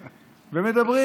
ומדברים.